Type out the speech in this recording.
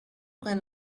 can